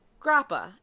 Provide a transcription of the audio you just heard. grappa